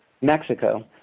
Mexico